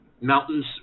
mountains